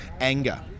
anger